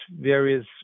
various